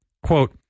Quote